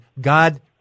God